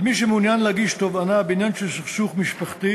על מי שמעוניין להגיש תובענה בעניין של סכסוך משפחתי